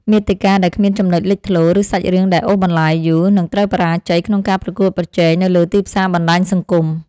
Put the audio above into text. មាតិកាដែលគ្មានចំណុចលេចធ្លោ ឬសាច់រឿងដែលអូសបន្លាយយូរ នឹងត្រូវបរាជ័យក្នុងការប្រកួតប្រជែងនៅលើទីផ្សារបណ្ដាញសង្គម។